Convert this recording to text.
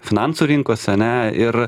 finansų rinkose ane ir